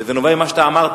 וזה נובע ממה שאתה אמרת,